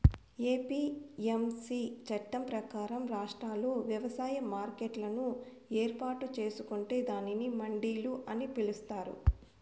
APMC చట్టం ప్రకారం, రాష్ట్రాలు వ్యవసాయ మార్కెట్లను ఏర్పాటు చేసుకొంటే దానిని మండిలు అని పిలుత్తారు